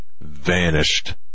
vanished